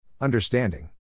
Understanding